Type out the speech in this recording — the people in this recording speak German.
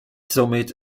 somit